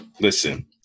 Listen